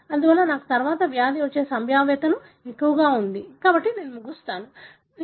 అందువల్ల నాకు తరువాత వ్యాధి వచ్చే సంభావ్యత ఎక్కువగా ఉంది కాబట్టి నేను ముగుస్తాను